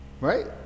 Right